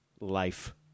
life